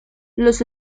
los